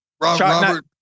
Robert